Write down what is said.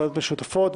ועדות משותפות,